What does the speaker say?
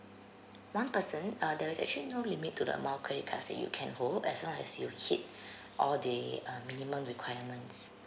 one person uh there's actually no limit to the amount of credit cards that you can hold as long as you hit all the uh minimum requirements